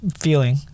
feeling